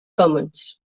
commons